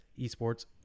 esports